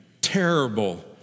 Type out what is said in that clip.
terrible